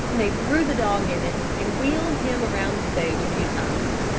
and they threw the dog in it, and wheeled him around the stage a few times.